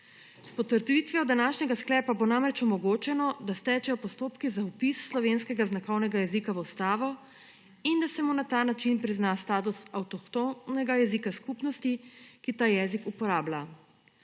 S potrditvijo današnjega sklepa bo namreč omogočeno, da stečejo postopki za vpis slovenskega znakovnega jezika v ustavo in da se mu na ta način prizna status avtohtonega jezika skupnosti, ki ta jezik uporablja.